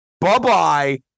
Bye-bye